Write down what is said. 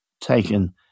taken